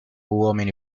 uomini